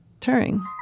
Turing